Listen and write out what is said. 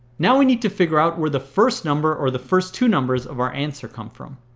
now we need to figure out where the first number, or the first two numbers of our answer comes from.